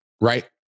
right